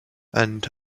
and